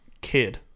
kid